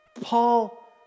Paul